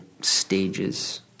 stages